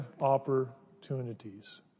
opportunities